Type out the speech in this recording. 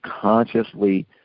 consciously